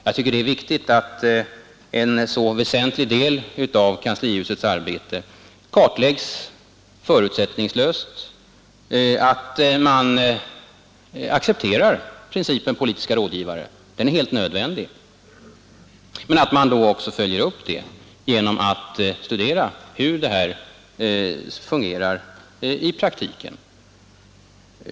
Jag tycker att det är viktigt att en så väsentlig del av kanslihusets arbete kartläggs förutsättningslöst, även om man accepterar principen politiska rådgivare. Den är helt nödvändig. Men man skall då också följa upp detta genom att studera hur systemet fungerar i praktiken.